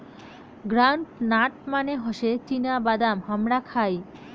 ground nut মানে হসে চীনা বাদাম হামরা খাই